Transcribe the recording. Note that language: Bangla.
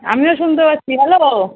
আমিও শুনতে পাচ্ছি হ্যালো